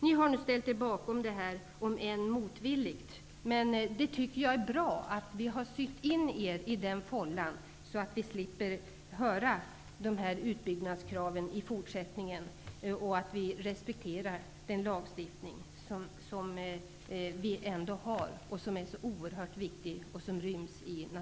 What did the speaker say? Ni har nu om än motvilligt ställt er bakom detta begrepp. Jag tycker att det är bra att vi har sytt in er i den fållan, så att vi i fortsättningen skall slippa höra några utbyggnadskrav från er. Ni får nu respektera de regler som ryms i naturresurslagen och som är så oerhört viktiga.